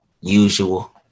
Usual